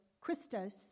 Christos